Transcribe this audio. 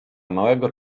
małego